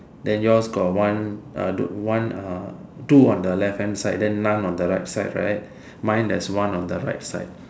then yours got one one two on the left hand side then none on the right hand side right mine there is one on the right side